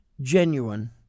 genuine